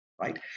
Right